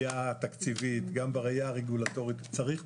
משאר הרשויות המקומיות במטלות ההנגשה שנותרו